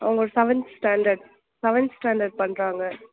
அவங்க seventh standard seventh standard பண்ணுறாங்க